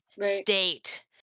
state